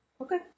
Okay